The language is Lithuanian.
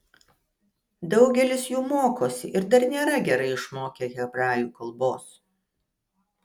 daugelis jų mokosi ir dar nėra gerai išmokę hebrajų kalbos